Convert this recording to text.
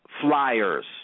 flyers